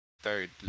third